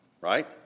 Right